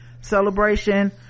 celebration